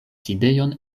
sidejon